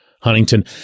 Huntington